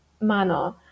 manner